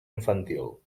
infantil